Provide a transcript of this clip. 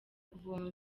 kuvoma